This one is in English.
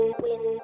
win